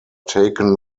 taken